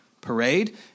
Parade